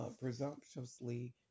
presumptuously